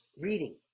reading